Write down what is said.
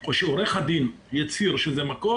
או שעורך הדין יצהיר שזה מקור.